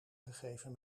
gegeven